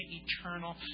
eternal